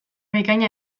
bikaina